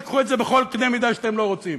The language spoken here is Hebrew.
תיקחו את זה בכל קנה מידה שאתם לא רוצים.